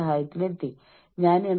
ആ സാഹചര്യത്തിൽ നിങ്ങൾ റിസ്ക് എടുക്കും